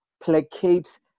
placate